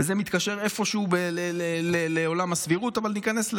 וזה מתקשר איפשהו לעולם הסבירות, אבל ניכנס לזה.